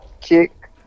kick